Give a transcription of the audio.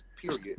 period